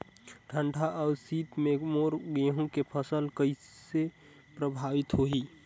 ठंडा अउ शीत मे मोर गहूं के फसल कइसे प्रभावित होही?